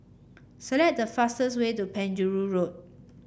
select the fastest way to Penjuru Road